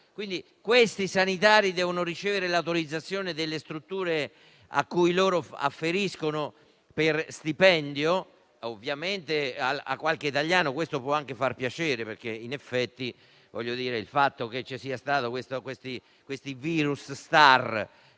e mai ragionata - devono ricevere l'autorizzazione delle strutture a cui loro afferiscono per stipendio. Ovviamente a qualche italiano questo può far piacere perché, in effetti, il fatto che ci siano stati virus *star*